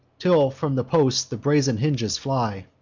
till from the posts the brazen hinges fly.